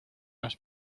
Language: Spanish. nos